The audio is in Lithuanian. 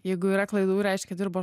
jeigu yra klaidų reiškia dirbo